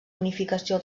unificació